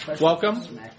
Welcome